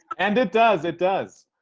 and it does. it does.